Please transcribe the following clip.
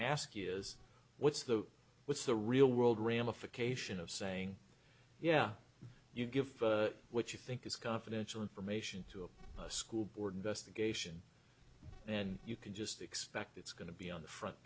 you is what's the what's the real world ramification of saying yeah you give what you think is confidential information to a school board investigation and you can just expect it's going to be on the front